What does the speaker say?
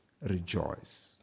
rejoice